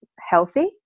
Healthy